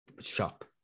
shop